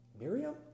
Miriam